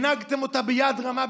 הנהגתם אותה ביד רמה,